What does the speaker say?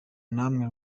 namwe